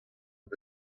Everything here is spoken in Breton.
out